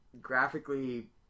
graphically